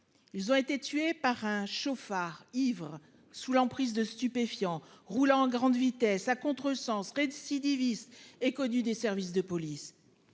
Ils ont été tués par un chauffard ivre, sous l'emprise de stupéfiants roulant à grande vitesse à contresens récidiviste et connu des services de police.